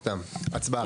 סתם, הצבעה.